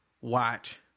watch